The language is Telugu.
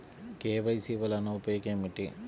కే.వై.సి వలన ఉపయోగం ఏమిటీ?